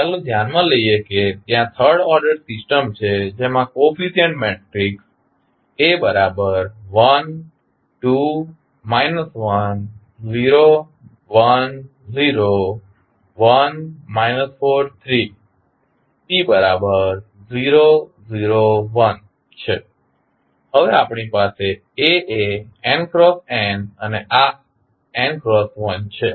હવે ચાલો ધ્યાનમાં લઈએ કે ત્યાં થર્ડ ઓર્ડર સિસ્ટમ છે જેમાં કોફીસીયન્ટ મેટ્રિકસ છે હવે આપણી પાસે A A n x n અને આ n x 1 છે